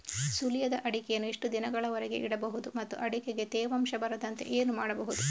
ಸುಲಿಯದ ಅಡಿಕೆಯನ್ನು ಎಷ್ಟು ದಿನಗಳವರೆಗೆ ಇಡಬಹುದು ಮತ್ತು ಅಡಿಕೆಗೆ ತೇವಾಂಶ ಬರದಂತೆ ಏನು ಮಾಡಬಹುದು?